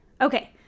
Okay